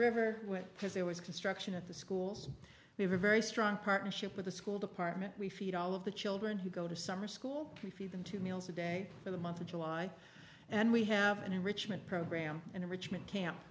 river which because there was construction at the schools we have a very strong partnership with the school department we feed all of the children who go to summer school we feed them two meals a day for the month of july and we have an enrichment program and enrichment camp